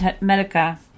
medica